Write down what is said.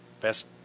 Best